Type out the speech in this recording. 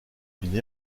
une